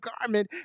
garment